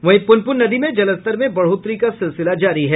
वहीं पुनपुन नदी में जलस्तर में बढ़ोतरी का सिलसिला जारी है